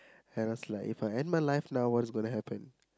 and I was like If I end my life now what's going to happen